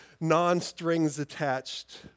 non-strings-attached